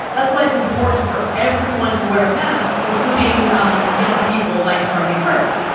that's why it's important for everyone to wear a mask including young people like charlie kirk.